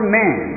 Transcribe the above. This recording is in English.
man